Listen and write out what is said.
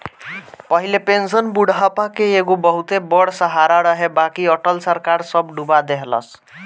पहिले पेंशन बुढ़ापा के एगो बहुते बड़ सहारा रहे बाकि अटल सरकार सब डूबा देहलस